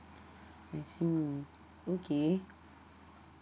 I see okay